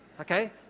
okay